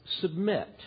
submit